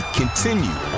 continue